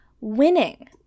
winning